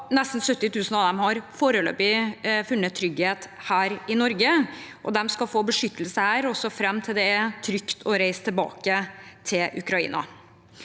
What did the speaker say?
nesten 70 000 av dem har foreløpig funnet trygghet her i Norge. De skal få beskyttelse her fram til det er trygt å reise tilbake til Ukraina.